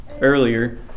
earlier